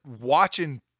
watching